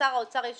לשר האוצר יש